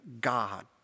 God